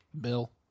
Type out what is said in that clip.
Bill